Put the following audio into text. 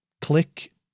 click